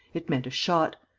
it meant a shot.